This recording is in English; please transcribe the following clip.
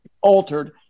altered